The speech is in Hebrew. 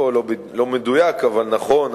לא מדויק אבל נכון.